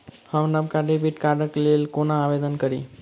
हम नवका डेबिट कार्डक लेल कोना आवेदन करी?